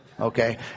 Okay